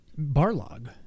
Barlog